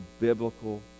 biblical